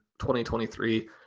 2023